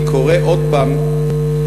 אני קורא עוד פעם לנו,